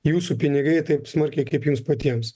jūsų pinigai taip smarkiai kaip jums patiems